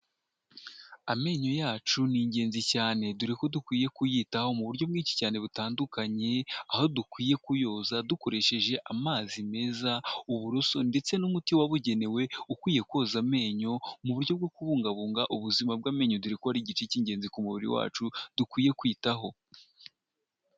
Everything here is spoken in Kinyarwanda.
Amenyo yacu ni ingenzi cyane dore ko dukwiye kuyitaho mu buryo bwinshi cyane butandukanye aho dukwiye kuyoza dukoresheje amazi meza ,uburoso ndetse n'umuti wabugenewe ukwiye koza amenyo mu buryo bwo kubungabunga ubuzima bw'amenyo, dore ko ari igice cy'ingenzi ku mubiri wacu dukwiye kwitaho.